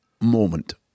moment